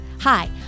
Hi